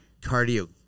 cardio